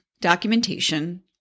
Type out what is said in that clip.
documentation